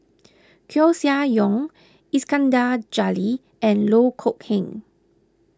Koeh Sia Yong Iskandar Jalil and Loh Kok Heng